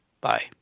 Bye